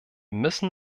müssen